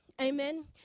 Amen